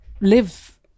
live